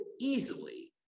easily